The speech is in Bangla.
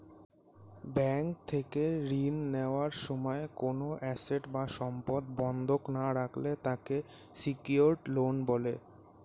ব্যাংক থেকে ঋণ নেওয়ার সময় কোনো অ্যাসেট বা সম্পদ বন্ধক না রাখলে তাকে সিকিউরড লোন বলে